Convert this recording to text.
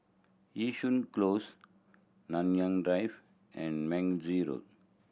Yishun Close Manyang Drive and Road